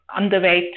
underweight